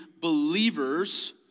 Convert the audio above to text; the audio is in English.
believers